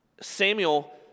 Samuel